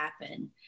happen